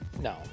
No